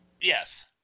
Yes